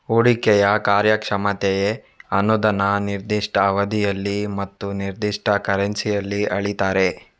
ಹೂಡಿಕೆಯ ಕಾರ್ಯಕ್ಷಮತೆ ಅನ್ನುದನ್ನ ನಿರ್ದಿಷ್ಟ ಅವಧಿಯಲ್ಲಿ ಮತ್ತು ನಿರ್ದಿಷ್ಟ ಕರೆನ್ಸಿಯಲ್ಲಿ ಅಳೀತಾರೆ